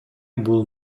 бул